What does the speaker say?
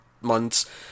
months